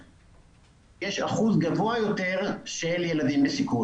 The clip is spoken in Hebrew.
יש אחוז גבוה יותר של ילדים בסיכון.